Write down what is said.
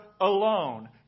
alone